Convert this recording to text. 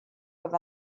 with